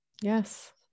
Yes